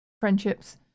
friendships